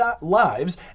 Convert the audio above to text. lives